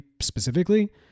specifically